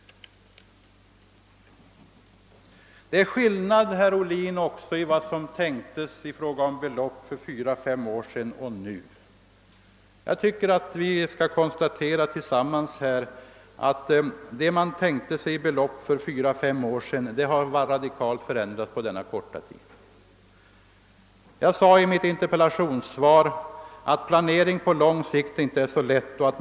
Det är också skillnad, herr Ohlin, mellan de belopp som man tänkte sig för fyra, fem år sedan och de som nu är aktuella. Jag tycker att vi tillsammans kan konstatera här, att det skett en radikal förändring på denna korta tid. I mitt interpellationssvar framhöll jag att planering på lång sikt inte är någon lätt uppgift.